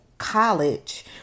college